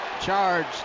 Charge